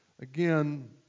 Again